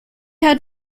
had